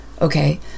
okay